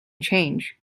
change